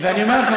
אני אומר לכם,